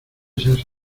seas